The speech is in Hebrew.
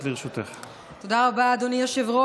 שקורה כאן